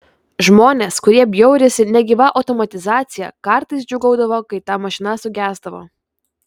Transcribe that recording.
žmonės kurie bjaurisi negyva automatizacija kartais džiūgaudavo kai ta mašina sugesdavo